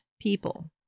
people